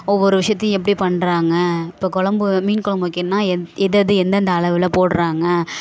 ஒவ்வொரு விஷயத்தையும் எப்படி பண்ணுறாங்க இப்போ கொழம்பு மீன் கொழம்பு வைக்கணுன்னால் என் எததெது எந்தெந்த அளவில் போடுறாங்க